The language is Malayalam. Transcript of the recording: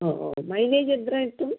ഓ ഓ മൈലേജെത്ര കിട്ടും